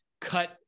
cut